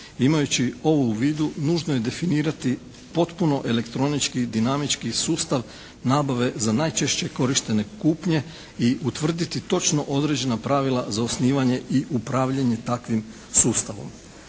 Imajući ovo u vidu nužno je definirati potpuno elektronički dinamički sustav nabave za najčešće korištene kupnje i utvrditi točno određena pravila za osnivanje i upravljanje takvim sustavom.